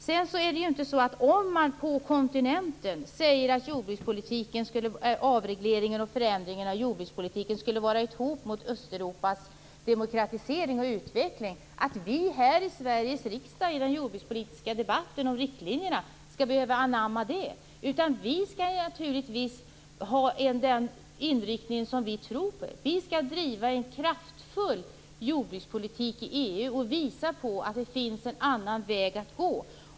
Även om man ute på kontinenten säger att avregleringar och förändringar av jordbrukspolitiken är ett hot mot Östeuropas demokratisering och utveckling behöver väl inte vi i Sveriges riksdag i vår jordbrukspolitiska debatt om riktlinjerna anamma det. Naturligtvis skall vi ha den inriktning som vi tror på. Vi skall driva en kraftfull jordbrukspolitik och visa på att det finns en annan väg att gå.